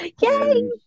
Yay